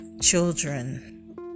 children